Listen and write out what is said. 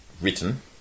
written